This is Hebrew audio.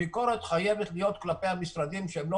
הביקורת חייבת להיות כלפי המשרדים שלא